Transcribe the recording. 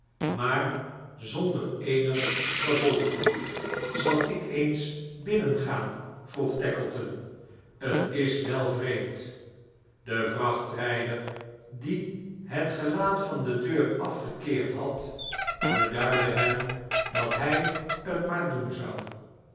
maar zonder eenig gevolg zal ik eens binnengaan vroeg tackleton t is wel vreemd de vrachtxijder die het gelaat van de deur afgekeerd had beduidde hem dat hi t maar doen zou